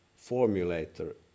Formulator